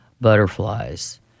butterflies